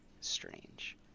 strange